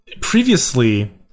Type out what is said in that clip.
previously